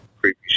creepy